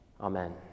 Amen